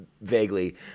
vaguely